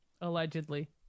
allegedly